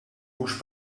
mhux